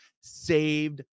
saved